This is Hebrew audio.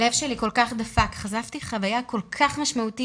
הלב שלי כל כך דפק, חשפתי חוויה כל כך משמעותית.